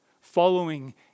Following